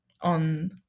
on